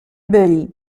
byli